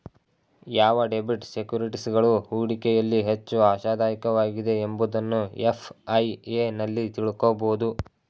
ಯಾವ ಡೆಬಿಟ್ ಸೆಕ್ಯೂರಿಟೀಸ್ಗಳು ಹೂಡಿಕೆಯಲ್ಲಿ ಹೆಚ್ಚು ಆಶಾದಾಯಕವಾಗಿದೆ ಎಂಬುದನ್ನು ಎಫ್.ಐ.ಎ ನಲ್ಲಿ ತಿಳಕೋಬೋದು